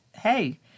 hey